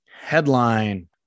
Headline